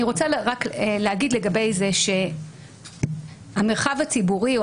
אני רוצה רק להגיד לגבי זה שהמרחב הציבורי או